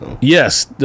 Yes